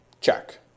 check